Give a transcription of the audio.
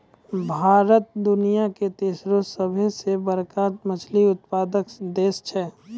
भारत दुनिया के तेसरो सभ से बड़का मछली उत्पादक देश छै